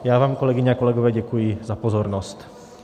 Já vám, kolegyně a kolegové, děkuji za pozornost.